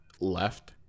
Left